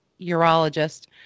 urologist